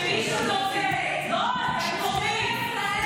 כשמישהו נופל, לא, הם תורמים,